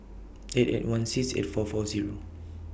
eight eight one six eight four four Zero